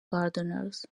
gardeners